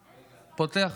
פותח,